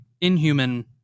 inhuman